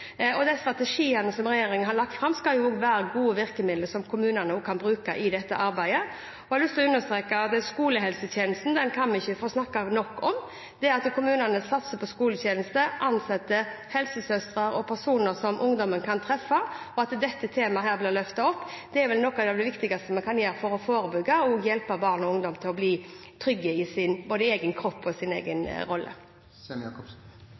og de strategiene som regjeringen har lagt fram, skal være gode virkemidler som kommunene også kan bruke i dette arbeidet. Jeg har lyst til å understreke at skolehelsetjenesten kan vi ikke få snakket nok om. At kommunene satser på skolehelsetjeneste, ansetter helsesøstre og personer som ungdommer kan treffe, og at dette temaet blir løftet opp, er vel noe av det viktigste vi kan gjøre for å forebygge og hjelpe barn og ungdom til å bli trygge både i sin egen kropp og i sin egen